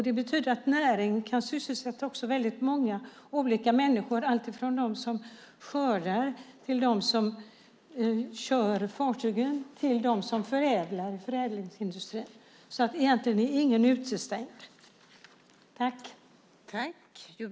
Det betyder att näringen också kan sysselsätta väldigt många olika människor, alltifrån dem som skördar, till dem som kör fartygen och till dem som förädlar, förädlingsindustrin. Egentligen är ingen utestängd.